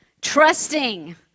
Trusting